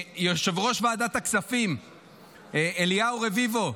חבר הכנסת אליהו רביבו,